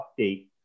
update